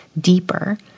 deeper